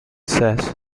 says